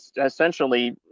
essentially